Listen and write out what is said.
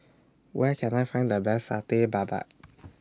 Where Can I Find The Best Satay Babat